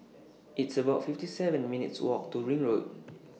It's about fifty seven minutes' Walk to Ring Road